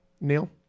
Neil